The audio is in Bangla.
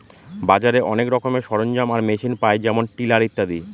বাজারে অনেক রকমের সরঞ্জাম আর মেশিন পায় যেমন টিলার ইত্যাদি